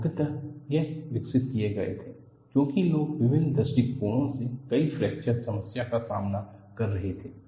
मुख्यतः ये विकसित किए गए थे क्योंकि लोग विभिन्न दृष्टिकोणों से कई फ्रैक्चर समस्या का सामना कर रहे थे